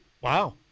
Wow